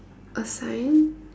a sign